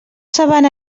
saben